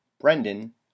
brendan